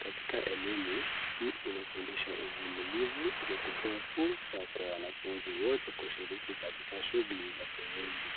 Katika elimu, huu inafundisha uvumilivu na kutoa fursa kwa wanafunzi wote kushiriki katika shughuli za kimwili.